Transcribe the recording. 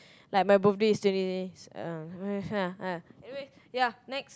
like my birthday is twenty uh anyway yeah next